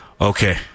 Okay